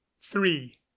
Three